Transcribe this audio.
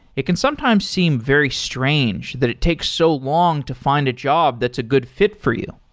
it can sometimes seem very strange that it takes so long to find a job that's a good fit for you.